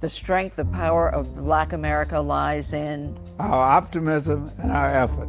the strength and power of black america lies in our optimism and our effort.